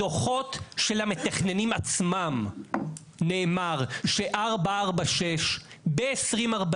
בדוחות של המתכננים עצמם נאמר ש-446 ב-2040